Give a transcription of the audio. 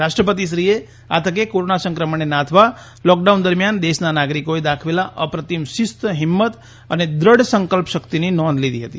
રાષ્ટ્રપતિશ્રીએ આ તકે કોરોના સંક્રમણને નાથવા લોકડાઉન દરમિયાન દેશના નાગરિકોએ દાખવેલા અપ્રતિમ શિસ્ત હિંમત અને દૃઢ સંકલ્પશક્તિની નોંધ લીધી હતી